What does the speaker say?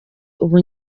ubu